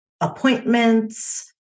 appointments